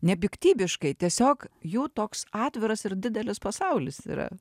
nepiktybiškai tiesiog jų toks atviras ir didelis pasaulis yra